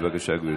בבקשה, גברתי.